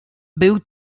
był